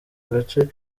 gace